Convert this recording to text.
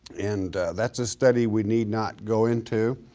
and that's a study we need not go into.